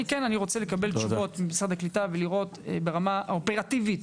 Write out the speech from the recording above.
אני רוצה לקבל תשובות ממשרד הקליטה ולראות ברמה האופרטיבית,